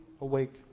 awake